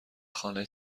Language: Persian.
خانه